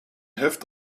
heft